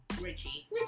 Richie